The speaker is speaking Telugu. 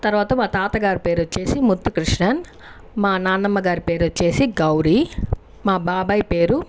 తర్వాత మా తాత గారి పేరు వచ్చేసి ముత్తుకృష్ణన్ మా నానమ్మ గారి పేరు వచ్చేసి గౌరీ మా బాబాయ్ పేరు